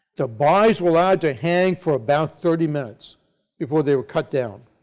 the bodies were allowed to hang for about thirty minutes before they were cut down.